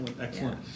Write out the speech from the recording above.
excellent